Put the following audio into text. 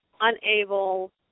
unable